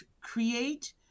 create